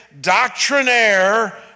doctrinaire